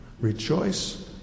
rejoice